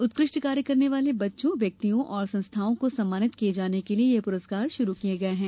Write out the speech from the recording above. उत्कृष्ट कार्य करने वाले बच्चों व्यक्तियों और संस्थाओं को सम्मानित किये जाने के लिये यह पुरस्कार शुरू किये गये हैं